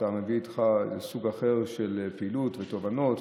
שאתה מביא איתך סוג אחר של פעילות ושל תובנות,